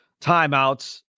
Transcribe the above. timeouts